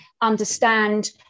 understand